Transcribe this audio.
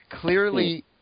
Clearly